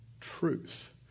truth